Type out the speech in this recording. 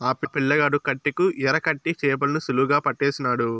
ఆ పిల్లగాడు కట్టెకు ఎరకట్టి చేపలను సులువుగా పట్టేసినాడు